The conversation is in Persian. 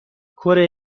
کره